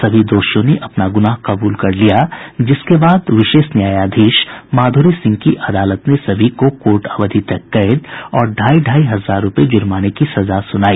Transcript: सभी दोषियों ने अपना गुनाह कबूल कर लिया जिसके बाद विशेष न्यायाधीश माधुरी सिंह की अदालत ने सभी को कोर्ट अवधि तक कैद और ढ़ाई ढ़ाई हजार रूपये ज़र्माने की सजा सुनाई